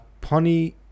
Pony